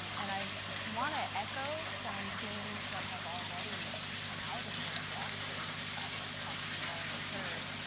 and i want to echo some themes that have already come out and been addressed, and the fabulous talks we have already heard.